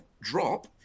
drop